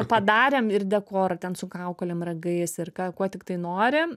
padarėm ir dekorą ten su kaukolėm ragais ir ką kuo tiktai nori